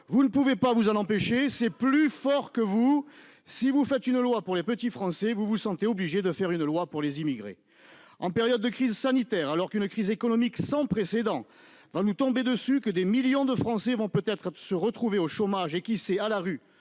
vous ne pouvez pas vous en empêcher, c'est plus fort que vous, si vous faites une loi pour les petits Français, vous vous sentez obligé de faire une loi pour les immigrés en période de crise sanitaire alors qu'une crise économique sans précédent va nous tomber dessus, que des millions de Français vont peut-être se retrouver au chômage et qui sait à la rue